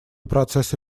процесса